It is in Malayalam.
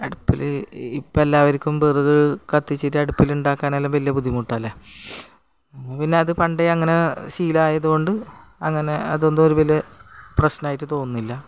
അടുപ്പിൽ ഇപ്പം എല്ലാവർക്കും വിറക് കത്തിച്ചിട്ട് അടുപ്പിലുണ്ടാക്കാനെല്ലാം വലിയ ബുദ്ധിമുട്ടല്ലേ നമ്മൾ പിന്നതു പണ്ടേ അങ്ങനെ ശീലമായതു കൊണ്ട് അങ്ങനെ അതൊന്നും ഒരു വലിയ പ്രശ്നമായിട്ടു തോന്നുന്നില്ല